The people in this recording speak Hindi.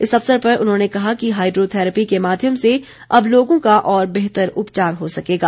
इस अवसर पर उन्होंने कहा कि हाईड्रोथैरेपी के माध्यम से अब लोगों का और बेहतर उपचार हो सकेगा